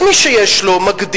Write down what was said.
אז מי שיש לו מגדיל,